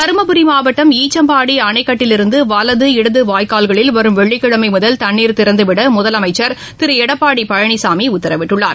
தருமபுரி மாவட்டம் ஈச்சம்பாடி அணைக்கட்டில் இருந்து வலது இடது வாய்க்கூல்களில் வரும் வெள்ளிக்கிழமை முதல் தண்ணீர் திறந்துவிட முதலமைச்சர் திரு எடப்பாடி பழனிசாமி உத்தரவிட்டுள்ளார்